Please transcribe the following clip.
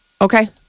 Okay